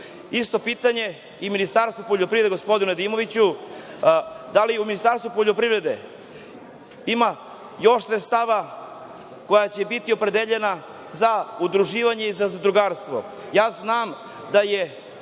Isto pitanje i Ministarstvu poljoprivrede, gospodinu Nedimoviću, da li u Ministarstvu poljoprivrede ima još sredstava koja će biti opredeljena za udruživanje i za zadrugarstvo? Ja znam da je